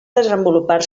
desenvolupar